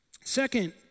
Second